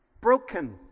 broken